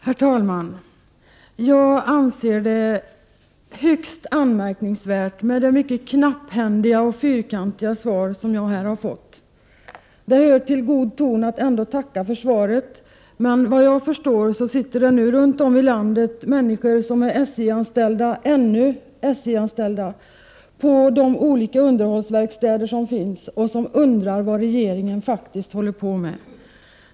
Herr talman! Jag anser att det är högst anmärkningsvärt med det mycket knapphändiga och fyrkantiga svar som jag har fått. Det hör dock till god ton att ändå tacka för svaret. Såvitt jag förstår sitter det nu människor runt om i landet som ännu är SJ-anställda på de olika underhållsverkstäderna. Dessa människor undrar vad regeringen egentligen håller på med.